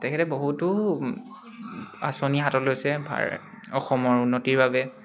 তেখেতে বহুতো আঁচনি হাতত লৈছে আ অসমৰ উন্নতিৰ বাবে